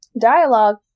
dialogue